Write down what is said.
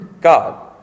God